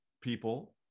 people